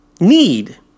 need